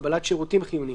קבלת שירותים חיוניים,